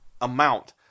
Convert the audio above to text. amount